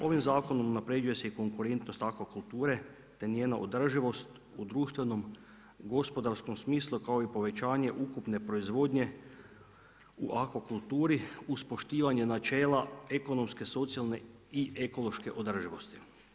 Ovim zakonom unaprjeđuju se i konkurentnost akvakulture, te njenu održivost u društvenom, gospodarstvom smislu, kao i povećanje ukupne proizvodnje u akvakulturi, uz poštivanje načela ekonomske, socijalne i ekološke održivosti.